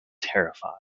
terrified